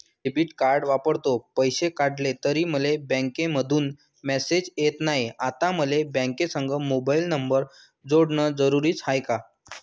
मी debit card वापरतो, पैसे काढले तरी मले बँकेमंधून मेसेज येत नाय, आता मले बँकेसंग मोबाईल नंबर जोडन जरुरीच हाय का?